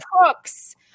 crooks